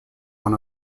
one